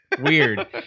weird